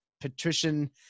patrician